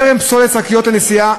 זרם פסולת שקיות הנשיאה,